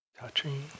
touching